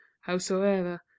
howsoever